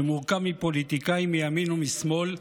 שמורכב מפוליטיקאים מימין ומשמאל,